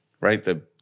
right